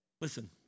Listen